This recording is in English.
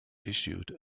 issued